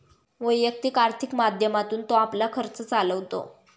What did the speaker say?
वैयक्तिक आर्थिक माध्यमातून तो आपला खर्च चालवतो